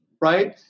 right